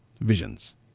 Visions